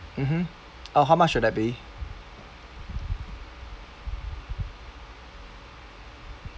mmhmm uh how much would that be